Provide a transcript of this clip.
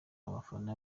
abafana